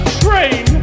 train